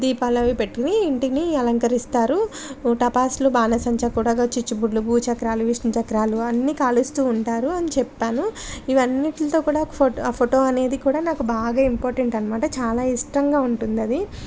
దీపాలు అవి పెట్టి ఇంటిని అలంకరిస్తారు టపాసులు బాణసంచ కూడా చిచ్చుబుడ్లు భూచక్రాలు విష్ణుచక్రాలు అన్ని కాలుస్తు ఉంటారు అని చెప్పాను ఇవి అన్నింటినీ కూడా ఫోటో ఆ ఫోటో అనేది కూడా నాకు బాగా ఇంపార్టెంట్ అన్నమాట చాలా ఇష్టంగా ఉంటుంది అది